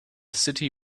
city